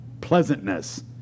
pleasantness